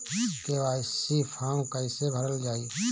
KYC form कइसे भरल जाइ?